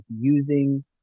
using